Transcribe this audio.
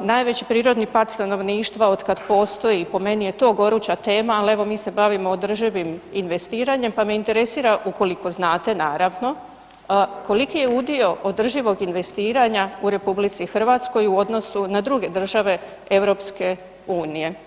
najveći prirodni pad stanovništva otkad postoji, po meni je to goruća tema ali evo mi se bavim održivim investiranjem pa me interesira, ukoliko znate naravno, koliki je udio održivog investiranja u RH u odnosu na druge države EU-a?